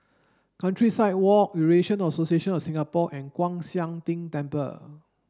Countryside Walk Eurasian Association of Singapore and Kwan Siang Tng Temple